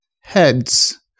heads